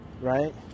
Right